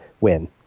win